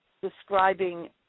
describing